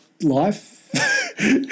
life